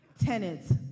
Tenants